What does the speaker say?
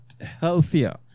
healthier